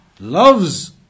loves